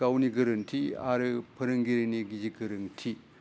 गावनि गोरोन्थि आरो फोरोंगिरिनि गि गोरोन्थि